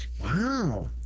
wow